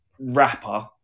rapper